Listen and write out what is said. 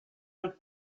took